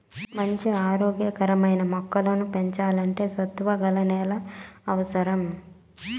మంచి ఆరోగ్య కరమైన మొక్కలను పెంచల్లంటే సత్తువ గల నేల అవసరం